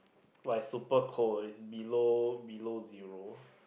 but it's super cold it's below below zero